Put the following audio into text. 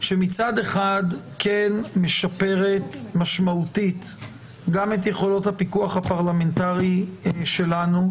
שמצד אחד כן משפרת משמעותית גם את יכולות הפיקוח הפרלמנטרי שלנו,